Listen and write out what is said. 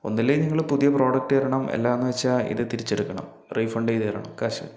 ഒന്നില്ലേ നിങ്ങള് പുതിയ പ്രോഡക്റ്റ് തരണം അല്ലാന്ന് വെച്ചാൽ ഇത് തിരിച്ച് എടുക്കണം റീഫണ്ട് ചെയ്ത് തരണം കാശ്